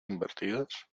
invertidos